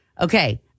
Okay